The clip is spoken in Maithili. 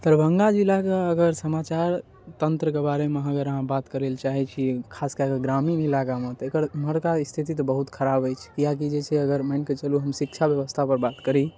दरभंगा जिलाके अगर समाचार तन्त्रके बारेमे अगर अहाँके बात करै लए चाहै छी खास कए कऽ ग्रामीण इलाकामे एकर एम्हरका स्थिति तऽ बहुत खराब अय किएकी जे छै अगर मानिकऽ चलू हम शिक्षा ब्यवस्था पर बात करी